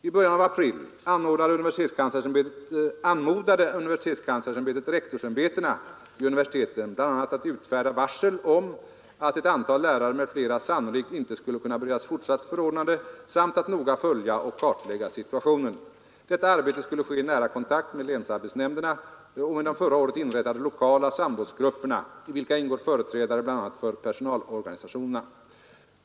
I början av april anmodade universitetskanslersämbetet rektorsämbetena vid universiteten bl.a. att utfärda varsel om att ett antal lärare m.fl. sannolikt inte skulle kunna beredas fortsatt förordnande samt att noga följa och kartlägga situationen. Detta arbete skulle ske i nära kontakt med länsarbetsnämnderna och med de förra året inrättade lokala samrådsgrupperna, i vilka ingår företrädare bl.a. för personalorganisationerna.